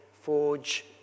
Forge